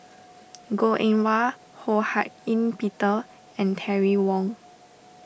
Goh Eng Wah Ho Hak Ean Peter and Terry Wong